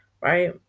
right